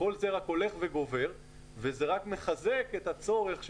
כל זה רק הולך וגובר וזה רק מחזק את הצורך שלנו,